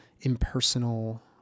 impersonal